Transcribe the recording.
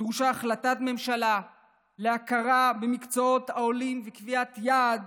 דרושות החלטת ממשלה להכרה במקצועות העולים וקביעת יעד